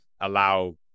allow